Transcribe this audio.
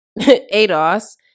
ADOS